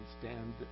stand